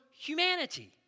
humanity